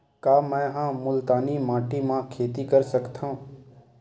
का मै ह मुल्तानी माटी म खेती कर सकथव?